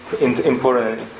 important